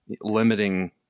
limiting